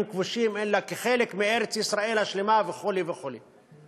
כבושים אלא כחלק מארץ-ישראל השלמה וכו' וכו'.